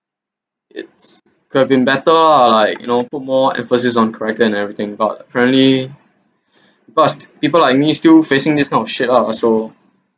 it's could have been better lah like you know put more emphasis on character and everything about friendly but people like me still facing this kind of shit ah so